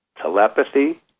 telepathy